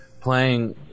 playing